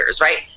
right